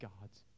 God's